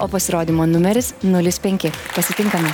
o pasirodymo numeris nulis penki pasitinkame